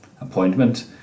appointment